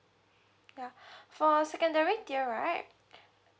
yeah for secondary tier right